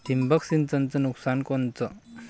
ठिबक सिंचनचं नुकसान कोनचं?